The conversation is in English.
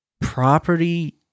property